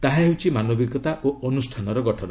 ତାହା ହେଉଛି ମାନବିକତା ଓ ଅନୁଷ୍ଠାନର ଗଠନ